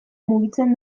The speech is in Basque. mugitzen